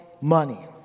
money